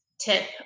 tip